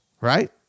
right